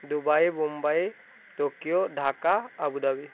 Dubai Mumbai Tokyo Dhaka Abu Dhabi